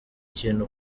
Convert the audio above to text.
kintu